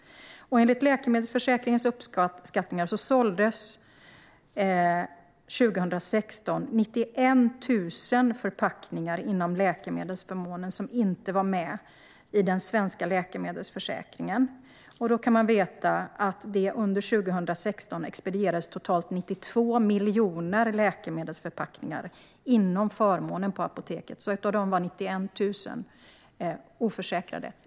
Enligt Läkemedelsförsäkringens uppskattningar såldes under 2016 91 000 förpackningar inom läkemedelsförmånen som inte var med i den svenska läkemedelsförsäkringen. Då ska man veta att det totalt under 2016 expedierades totalt 92 miljoner läkemedelsförpackningar inom förmånen på apoteken. Av dem var alltså 91 000 oförsäkrade.